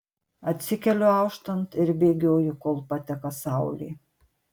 atsikeliu auštant ir bėgioju kol pateka saulė